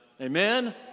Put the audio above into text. Amen